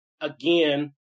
again